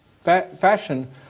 fashion